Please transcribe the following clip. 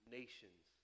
nations